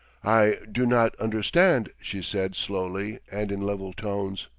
i do not understand, she said slowly and in level tones.